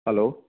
hello